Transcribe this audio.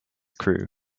crew